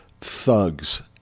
thugs